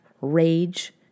rage